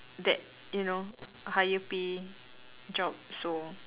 that you know a higher pay job so